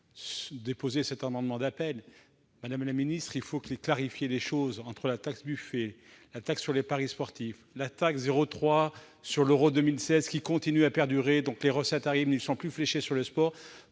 déposé cet amendement d'appel. Madame la ministre, il faut clarifier les choses entre la taxe Buffet, la taxe sur les paris sportifs, la « taxe Euro 2016 » qui continue d'être perçue- les recettes arrivent, mais ne sont plus fléchées vers le sport